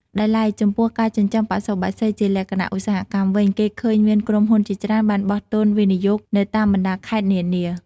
ដោយឡែក ចំពោះការចិញ្ចឹមបសុបក្សីជាលក្ខណៈឧស្សាហកម្មវិញ គេឃើញមានក្រុមហ៊ុនជាច្រើនបានបោះទុនវិនិយោគនៅតាមបណ្តាខេត្តនានា។